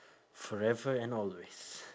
forever and always